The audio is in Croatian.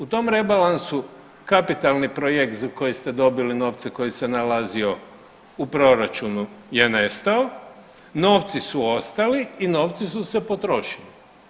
U tom rebalansu kapitalni projekt za koji ste dobili novce koji se nalazio u proračunu je nestao, novci su ostali i novci su se potrošili.